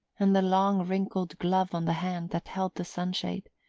and the long wrinkled glove on the hand that held the sunshade.